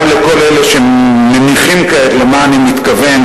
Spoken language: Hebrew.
גם לכל אלה שמניחים כעת למה אני מתכוון,